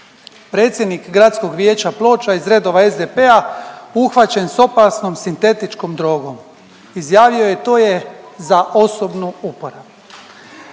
Predsjednik Gradskog vijeća Ploča iz redova SDP-a uhvaćen s opasnom sintetičkom drogom, izjavio je, to je za osobnu uporabu.